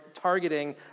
targeting